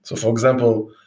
so for example,